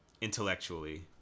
intellectually